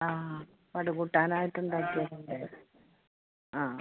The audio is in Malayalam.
ആ പടു കൂട്ടാനായിട്ട് ഉണ്ടാക്കിയത് ഉണ്ടായിരുന്നു ആ